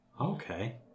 okay